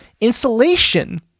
insulation